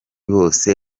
bose